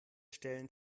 stellen